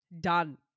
done